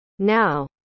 now